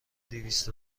دویست